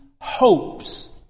hopes